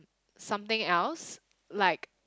something else like